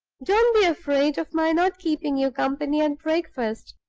don't be afraid of my not keeping you company at breakfast.